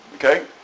okay